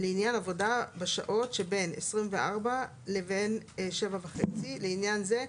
לעניין עבודה בשעות שבין 24.00 לבין 07.30 ; לעניין זה,